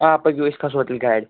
آ پٔکِوأسۍ کھَسو تیٚلہِ گاڑِ